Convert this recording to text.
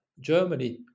Germany